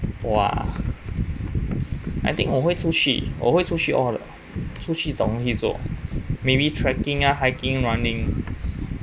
!wah! I think 我会出去我会出去 all 的出去找东西做 maybe trekking ah hiking running